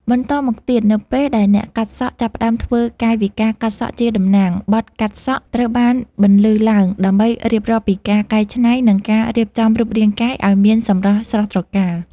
បន្តមកទៀត នៅពេលដែលអ្នកកាត់សក់ចាប់ផ្តើមធ្វើកាយវិការកាត់សក់ជាតំណាង បទ កាត់សក់ ត្រូវបានបន្លឺឡើងដើម្បីរៀបរាប់ពីការកែច្នៃ និងការរៀបចំរូបរាងកាយឱ្យមានសម្រស់ស្រស់ត្រកាល។